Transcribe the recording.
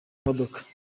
modoka